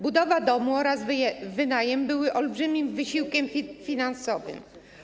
Budowa domu oraz wynajem były olbrzymim wysiłkiem finansowym.